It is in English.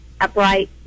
upright